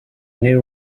new